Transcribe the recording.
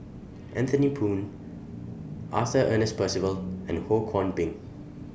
Anthony Poon Arthur Ernest Percival and Ho Kwon Ping